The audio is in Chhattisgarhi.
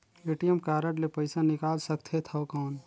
ए.टी.एम कारड ले पइसा निकाल सकथे थव कौन?